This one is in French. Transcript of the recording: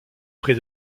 près